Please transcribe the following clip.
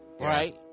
Right